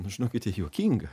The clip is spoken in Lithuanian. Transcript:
nu žinokite juokinga